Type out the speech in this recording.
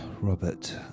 Robert